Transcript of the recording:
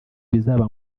bizaba